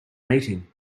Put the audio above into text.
meeting